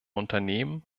unternehmen